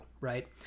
Right